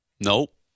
Nope